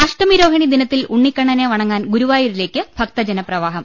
അഷ്ടമിരോഹിണി ദിനത്തിൽ ഉണ്ണിക്കണ്ണനെ വണങ്ങാൻ ഗുരു വായൂരിലേക്ക് ഭക്തജനപ്രവാഹ്ം